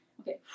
okay